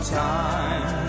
time